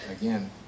again